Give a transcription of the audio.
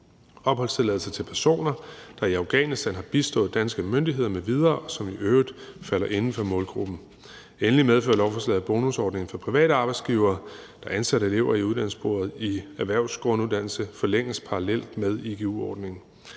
opholdstilladelse til personer, der i Afghanistan har bistået danske myndigheder m.v., og som i øvrigt falder inden for målgruppen. Endelig medfører lovforslaget, at bonusordningen for private arbejdsgivere, der ansætter elever i uddannelsessporet erhvervsgrunduddannelse, forlænges parallelt med igu-ordningen.